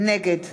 נגד